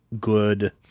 good